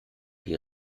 die